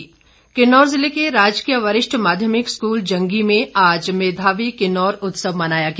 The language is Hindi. मेघावी उत्सव किन्नौर जिले के राजकीय वरिष्ठ माध्यमिक स्कूल जंगी में आज मेधावी किन्नौर उत्सव मनाया गया